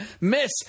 miss